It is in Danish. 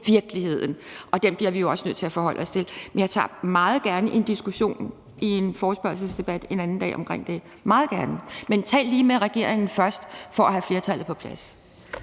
og den bliver vi også nødt til at forholde os til. Men jeg tager meget gerne en diskussion i en forespørgselsdebat om det en anden dag – meget gerne. Men tal lige med regeringen først for at få flertallet på plads.